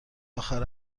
آخر